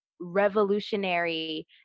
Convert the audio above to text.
revolutionary